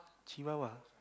chihuahua